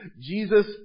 Jesus